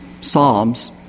Psalms